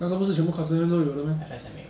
那个不是全部 custodian 都有的 meh